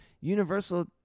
universal